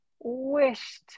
wished